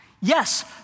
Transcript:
Yes